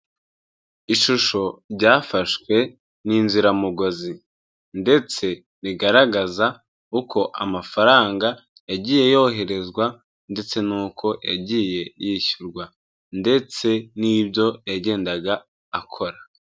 Ishusho ryafashwe n'inziramugozi ndetse rigaragaza uko amafaranga yagiye yoherezwa ndetse nuko yagiye yishyurwa ndetse nibyo yagendaga akora.